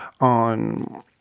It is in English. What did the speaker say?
on